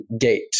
gate